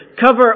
cover